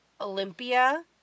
Olympia